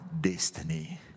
destiny